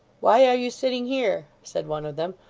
why are you sitting here said one of them,